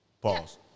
Pause